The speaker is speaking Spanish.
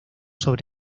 sobre